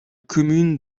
commune